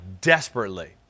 desperately